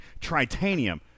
Tritanium